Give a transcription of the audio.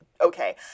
okay